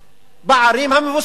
בערים המבוססות?